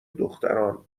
دختران